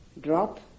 drop